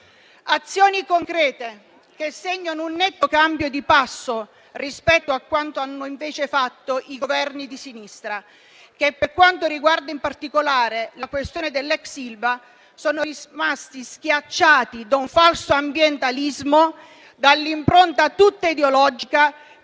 azioni concrete, che segnano un netto cambio di passo rispetto a quanto hanno invece fatto i Governi di sinistra, i quali, per quanto riguarda in particolare la questione dell'ex Ilva, sono rimasti schiacciati da un falso ambientalismo dall'impronta tutta ideologica,